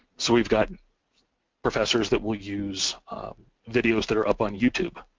so we've got and professors that will use videos that are up on youtube,